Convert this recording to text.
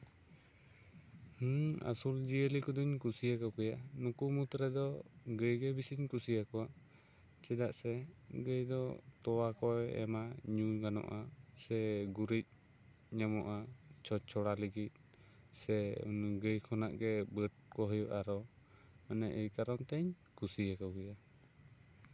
ᱤᱧ ᱟᱹᱥᱩᱞ ᱡᱤᱭᱟᱹᱞᱤ ᱠᱚᱫᱚᱧ ᱠᱩᱥᱤ ᱟᱠᱚ ᱜᱮᱭᱟ ᱱᱩᱠᱩ ᱢᱩᱫᱽ ᱨᱮᱫᱚ ᱜᱟᱹᱭ ᱜᱮ ᱵᱮᱥᱤᱧ ᱠᱩᱥᱤ ᱟᱠᱚᱣᱟ ᱪᱮᱫᱟᱜ ᱥᱮ ᱜᱟᱹᱭ ᱫᱚ ᱛᱚᱣᱟ ᱠᱚᱭ ᱮᱢᱟ ᱧᱩ ᱜᱟᱱᱚᱜᱼᱟ ᱥᱮ ᱜᱩᱨᱤᱡᱽ ᱧᱟᱢᱚᱜᱼᱟ ᱪᱷᱚᱡᱽ ᱪᱷᱚᱲᱟ ᱞᱟᱹᱜᱤᱫ ᱜᱟᱹᱭ ᱠᱷᱚᱱᱟᱜ ᱜᱮ ᱵᱟᱹᱰ ᱠᱚ ᱦᱩᱭᱩᱜᱼᱟ ᱟᱨᱚ ᱢᱟᱱᱮ ᱮᱭ ᱠᱟᱨᱚᱱ ᱛᱮ ᱠᱩᱥᱤ ᱟᱠᱚ ᱜᱮᱭᱟ